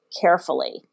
carefully